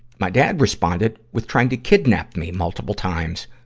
my dad responded with trying to kidnap me multiple times,